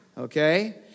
Okay